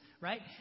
right